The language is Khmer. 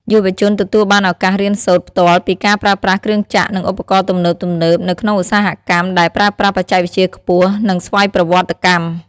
យុវជនទទួលបានឱកាសរៀនសូត្រផ្ទាល់ពីការប្រើប្រាស់គ្រឿងចក្រ និងឧបករណ៍ទំនើបៗ នៅក្នុងឧស្សាហកម្មដែលប្រើប្រាស់បច្ចេកវិទ្យាខ្ពស់ និងស្វ័យប្រវត្តិកម្ម។